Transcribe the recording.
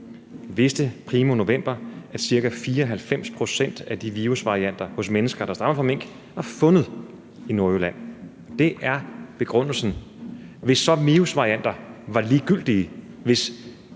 vidste primo november, at ca. 94 pct. af de virusvarianer hos mennesker, der stammer fra mink, var fundet i Nordjylland, og det er begrundelsen. Hvis så virusvarianter var ligegyldige,